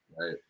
right